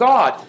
God